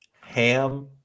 ham